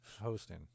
hosting